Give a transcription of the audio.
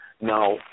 Now